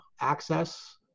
access